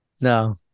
No